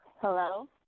Hello